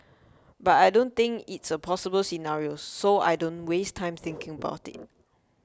but I don't think it's a possible scenario so I don't waste time thinking about it